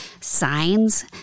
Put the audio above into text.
signs